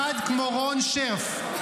אחד כמו רון שרף.